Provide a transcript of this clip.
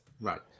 right